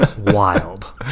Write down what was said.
wild